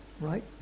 Right